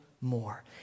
more